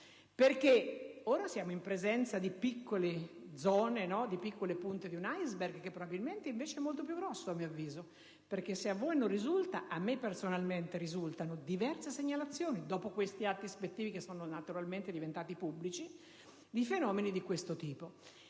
perché ora siamo in presenza di piccole zone, punte di un *iceberg* che probabilmente invece è molto più grosso. Se a voi non risulta, a me personalmente risultano diverse segnalazioni, dopo questi atti ispettivi che sono naturalmente diventati pubblici, di fenomeni di questo tipo.